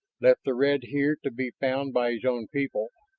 left the red here to be found by his own people,